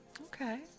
Okay